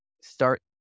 start